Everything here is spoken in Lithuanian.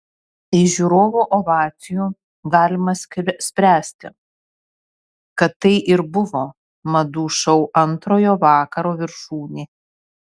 iš žiūrovų ovacijų galima spręsti kad tai ir buvo madų šou antrojo vakaro viršūnė